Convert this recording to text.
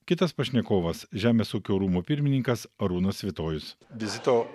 kitas pašnekovas žemės ūkio rūmų pirmininkas arūnas svitojus vizito